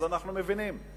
אז אנחנו מבינים.